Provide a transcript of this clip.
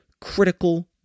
critical